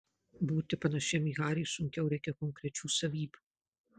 būti panašiam į harį sunkiau reikia konkrečių savybių